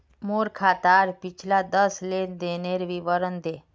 मोर खातार पिछला दस लेनदेनेर विवरण दे